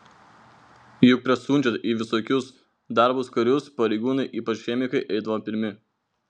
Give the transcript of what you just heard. juk prieš siunčiant į visokius darbus karius pareigūnai ypač chemikai eidavo pirmi